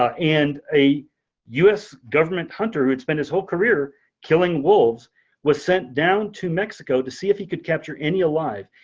and a us government hunter would spend his whole career killing wolves was sent down to mexico to see if he could capture any alive.